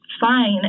fine